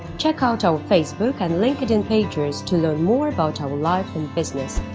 check out our facebook and linkedin pages to learn more about our life and business.